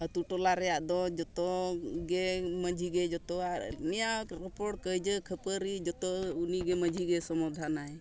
ᱟᱛᱳ ᱴᱚᱞᱟ ᱨᱮᱭᱟᱜ ᱡᱚᱛᱚ ᱜᱮ ᱢᱟᱹᱡᱷᱤ ᱜᱮ ᱡᱚᱛᱚᱣᱟᱜ ᱱᱮᱭᱟ ᱨᱚᱯᱚᱲ ᱠᱟᱹᱭᱡᱟᱹ ᱠᱟᱹᱯᱷᱟᱹᱨᱤ ᱡᱚᱛᱚ ᱩᱱᱤᱜᱮ ᱢᱟᱹᱡᱷᱤ ᱜᱮ ᱥᱚᱢᱟᱫᱷᱟᱱᱟᱭ